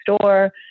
store